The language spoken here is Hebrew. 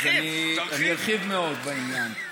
אז אני ארחיב מאוד בעניין.